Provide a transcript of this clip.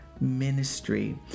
ministry